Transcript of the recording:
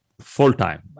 full-time